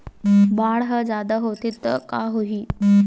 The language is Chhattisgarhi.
बाढ़ ह जादा होथे त का होही?